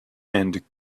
and